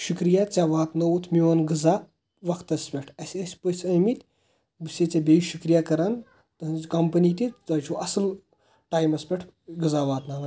شُکرِیَہ ژے واتنووُتھ میون غٕزَا وَقتَس پٮ۪ٹھ اَسہِ ٲسۍ پٕژھ آمٕتۍ بہٕ چھُسے ژےٚ بیٚیہِ شُکرِیا کَران تٕہٕنٛزِ کَمپٕنی تہِ تُہۍ چُھو اصٕل ٹایِمَس پٮ۪ٹھ غٕزا واتناوان